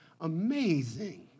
amazing